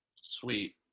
Sweet